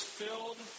filled